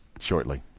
Shortly